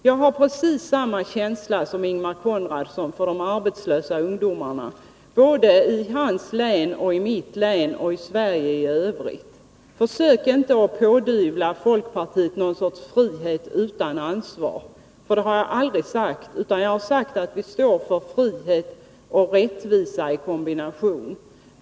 Jag har precis samma känsla som Ingemar Konradsson för de arbetslösa ungdomarna både i hans län, i mitt län och i Sverige i övrigt. Försök inte pådyvla folkpartiet någon sorts frihet utan ansvar. Något sådant har jag aldrig sagt, utan jag har sagt att vi står för frihet och rättvisa i kombination.